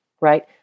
Right